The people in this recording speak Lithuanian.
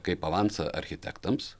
kaip avansą architektams